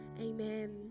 Amen